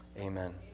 amen